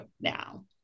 now